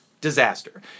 disaster